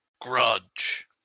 grudge